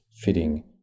fitting